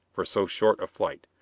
for so short a flight.